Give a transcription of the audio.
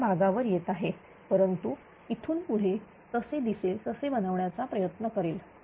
मी या भागावर येत आहे परंतु इथून पुढे तसे दिसेल तसे बनवायचा प्रयत्न करेल